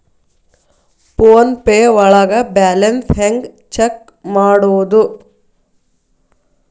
Phone pay ಒಳಗ balance ಹೆಂಗ್ check ಮಾಡುವುದು?